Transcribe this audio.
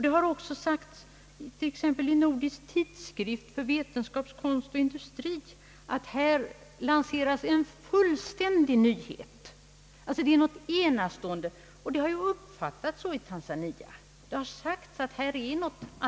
Det har också sagts i Nordisk tidskrift för vetenskap, konst och industri att här lanceras en fullständig nyhet, någonting enastående — det har även uppfattats så i Tanzania — någonting som inte hänt förr.